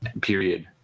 period